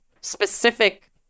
specific